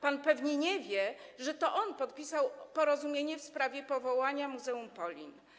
Pan pewnie nie wie, że to on podpisał porozumienie w sprawie powołania muzeum Polin.